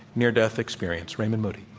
near-death experience. raymond moody.